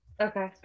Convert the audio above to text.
Okay